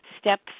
Step